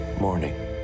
Morning